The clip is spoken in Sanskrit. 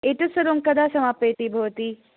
एतत् सर्वं कदा समापयति भवती